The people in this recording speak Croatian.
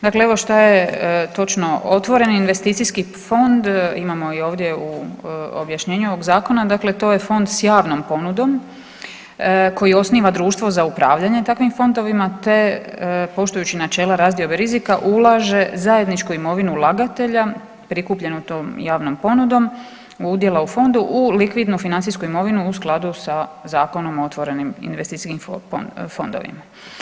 Dakle, evo što je točno otvoreni investicijski fond, imamo i ovdje u objašnjenju ovog zakona, dakle to je fond s javnom ponudom koji osniva društvo za upravljanje takvim fondovima te poštujući načela razdiobe rizika ulaže zajedničku imovinu ulagatelja prikupljenu tom javnom ponudom udjela u fondu u likvidnu financijsku imovinu u skladu sa Zakonom o otvorenim investicijskim fondovima.